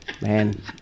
Man